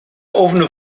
offene